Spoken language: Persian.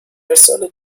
ارسال